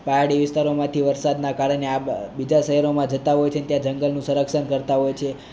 પહાડી વિસ્તારોમાંથી વરસાદનાં કારણે આ બીજા શહેરોમાં જતાં હોય છે ત્યા જંગલનું સંરક્ષણ કરતાં હોય છે